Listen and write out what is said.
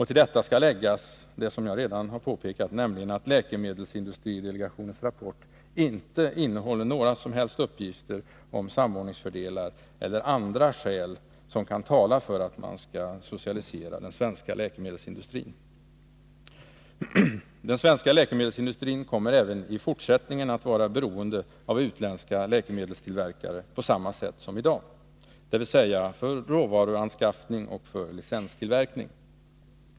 Till detta skall läggas det som jag redan har påpekat, nämligen att läkemedelsindustridelegationens rapport inte innehåller några uppgifter om samordningsfördelar eller andra skäl för att socialisera den svenska läkemedelsindustrin. Den svenska läkemedelsindustrin kommer även i fortsättningen att vara beroende av utländska läkemedelstillverkare på samma sätt som i dag, dvs. för råvaruanskaffning och för licenstillverkning.